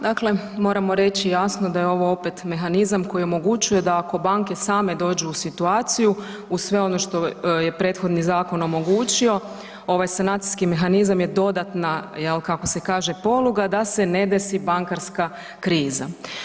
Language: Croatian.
Dakle, moramo reći jasno da je ovo opet mehanizam koji omogućuje da ako banke same dođu u situaciju uz sve ono što je prethodni zakon omogućio, ovaj sanacijski mehanizam je dodatna, jel kako se kaže, poluga da se ne desi bankarska kriza.